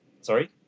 Sorry